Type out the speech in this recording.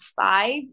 five